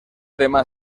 tema